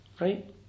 Right